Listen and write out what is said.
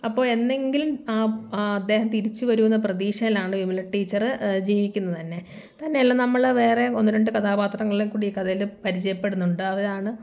അപ്പോൾ എന്നെങ്കിലും ആ അദ്ദേഹം തിരിച്ചുവരുമെന്ന പ്രതീക്ഷയിലാണ് വിമല ടീച്ചർ ജീവിക്കുന്നത് തന്നെ തന്നെയല്ല നമ്മൾ വേറെയും ഒന്ന് രണ്ട് കഥാപാത്രങ്ങളേ കൂടി ഈ കഥയിൽ പരിചയപ്പെടുന്നുണ്ട് അവരാണ്